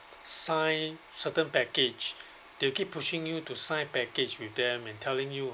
sign certain package they will keep pushing you to sign package with them and telling you